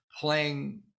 playing